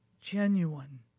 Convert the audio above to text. genuine